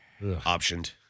Optioned